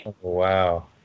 Wow